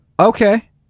Okay